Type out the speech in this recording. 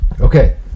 Okay